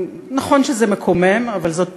נכון שזה מקומם, אבל זאת פרוצדורה,